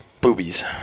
Boobies